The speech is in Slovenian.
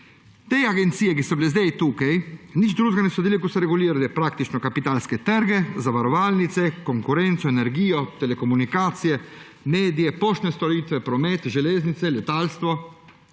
Te agencije, ki so bile zdaj tukaj, niso nič drugega naredile, kot da so praktično regulirale kapitalske trge, zavarovalnice, konkurenco, energijo, telekomunikacije, medije, poštne storitve, promet, železnice, letalstvo.